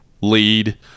lead